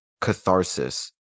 catharsis